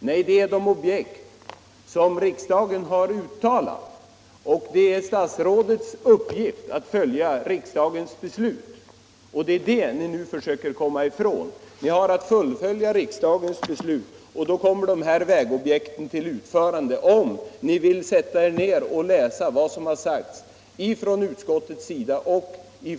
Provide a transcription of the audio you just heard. Nej, herr Norling, det är de objekt som riksdagen har uttalat sig för. Det är statsrådets uppgift att följa riksdagens beslut, men det är detta ni nu försöker komma ifrån. Ni har, herr statsråd, att fullfölja riksdagens beslut, och då kommer de här vägobjekten till utförande — om ni vill sätta er ner och läsa vad som har sagts från utskottets sida och